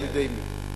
על-ידי מי.